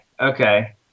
Okay